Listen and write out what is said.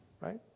Right